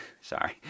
sorry